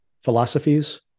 philosophies